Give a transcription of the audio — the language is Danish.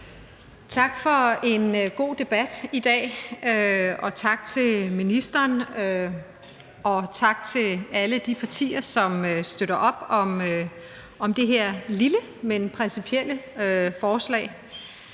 Tak for en god debat i dag, og tak til ministeren, og tak til alle de partier, som støtter op om det her lille, men principielle forslag.